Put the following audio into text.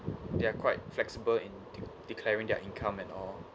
they are quite flexible in de~ declaring their income and all